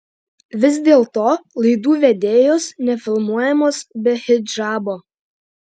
vis dėlto laidų vedėjos nefilmuojamos be hidžabo